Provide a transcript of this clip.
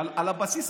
אמרתי לך,